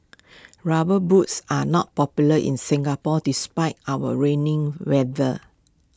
rubber boots are not popular in Singapore despite our raining weather